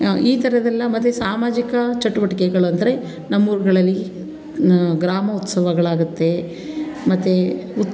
ಈ ಥರದ್ದೆಲ್ಲ ಮತ್ತು ಸಾಮಾಜಿಕ ಚಟುವಟಿಕೆಗಳೆಂದ್ರೆ ನಮ್ಮೂರುಗಳಲ್ಲಿ ಗ್ರಾಮ ಉತ್ಸವಗಳಾಗುತ್ತೆ ಮತ್ತು ಉತ್